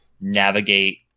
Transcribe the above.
navigate